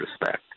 respect